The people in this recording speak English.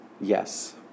Yes